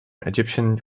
egyptian